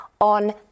on